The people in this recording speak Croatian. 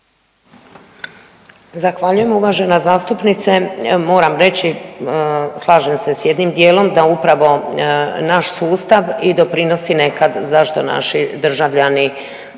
Zahvaljujem uvažena zastupnice. Moram reći slažem se s jednim dijelom da upravo naš sustav i doprinosi nekad zašto naši državljani